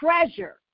treasure